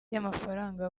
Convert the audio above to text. y’amafaranga